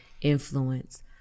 influence